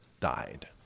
died